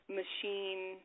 machine